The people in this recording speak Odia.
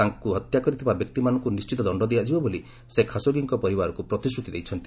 ତାଙ୍କୁ ହତ୍ୟା କରିଥିବା ବ୍ୟକ୍ତିମାନଙ୍କ ନିଶ୍ଚିତ ଦଶ୍ଡ ଦିଆଯିବ ବୋଲି ସେ ଖାସୋଗୀଙ୍କ ପରିବାରକୁ ପ୍ରତିଶ୍ରତି ଦେଇଛନ୍ତି